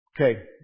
Okay